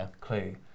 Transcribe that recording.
clue